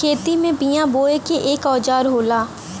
खेती में बिया बोये के एक औजार होला